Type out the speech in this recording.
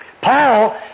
Paul